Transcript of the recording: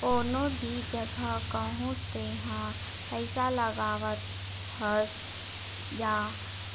कोनो भी जघा कहूँ तेहा पइसा लगावत हस या